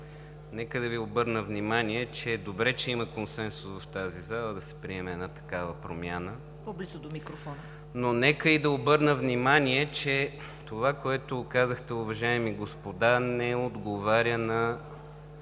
нека да Ви обърна внимание, че е добре, че има консенсус в тази зала да се приеме една такава промяна, но нека и да обърна внимание, че това, което казахте, уважаеми господа, не отговаря на